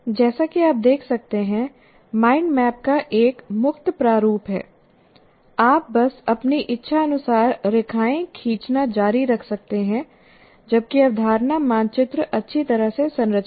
जैसा कि आप देख सकते हैं माइंड मैप का एक मुक्त प्रारूप है आप बस अपनी इच्छानुसार रेखाएँ खींचना जारी रख सकते हैं जबकि अवधारणा मानचित्र अच्छी तरह से संरचित है